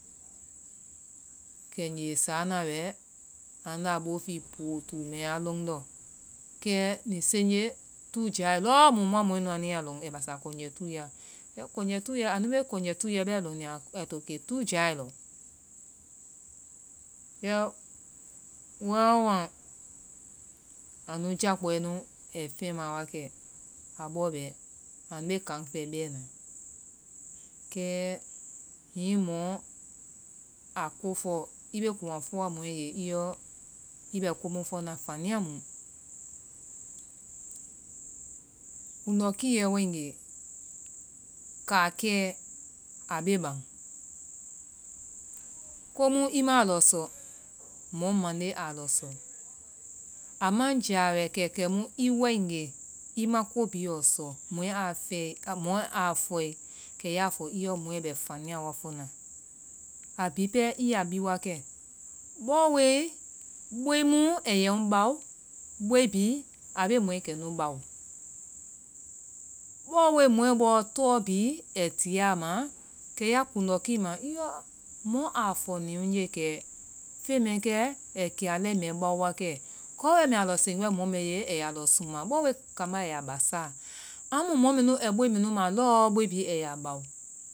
Kɛngee saana wɛ anda boo fill, poo tuu mɛɛ a la lɔndɔ, kɛ ni senje, tuu jaae lɔɔ mu mua mɔɛ nu anu yaa lɔn ai basa kɔnjɛ tuuyɛ la. kɛ kɔnjɛ tuuyɛ, anu bee kɔnjɛ wae lɔn ai to ke tuu jaae lɔ, yɔ, weŋweŋ anu jakpɔɛ nu ai feŋɛ ma wa kɛ, a bɔɔ bɛ anu bee kan fɛɛ bɛɛna. kɛ hihi mɔ a kopɔ, i bee a fɔa mɔɛ ye i lɔ i be komu fɔna, faniya mu, kundɔ kiyyɛ waegee, kaakɛɛ a bee ban komu i maa lɔ sɔ, mɔ mande aa lɔ sɔ, a ma jiya wɛ kɛ kɛmu i waegee i ma ko bihi yɔ sɔ mɔɛ aa fɛɛe, mɔɛ aa fɔe, kɛ yaa fɔ yɔ mɔɛ bɛ faniya wa fɔna. a bihi pɛɛ, i yaa bi wa kɛ, bɔɔwoi boi mu ayen bao. boi bihi a bee mɔɛ kɛnu bawo. bɔɔ woi mɔɛ bɔɔ tɔɔ bihi ai tiyaa ma kɛ ya kundɔ kilma iiɔ, oo mɔ aa fɔni ŋ je kɛ, fen mɛɛ kɛ ai kiya lɛi mɛɛ bao wa kɛ, kɔɔ wɛɛ mbɛ a lɔ sen mɔ mɛɛ ye, a yaa lɔ suma, bɔɔ woi kamba yaa bassaa amu mɔ mɛnu ai boi bihi ma lɔɔ. boi bihi a yaa bao.